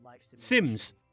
Sims